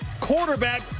quarterback